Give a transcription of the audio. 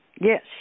Yes